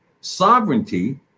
sovereignty